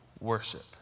worship